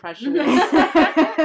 impressions